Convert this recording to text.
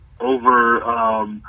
over